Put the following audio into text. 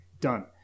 Done